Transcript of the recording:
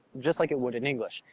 just like it would in english.